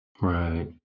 Right